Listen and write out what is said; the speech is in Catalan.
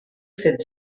set